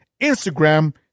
Instagram